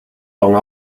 long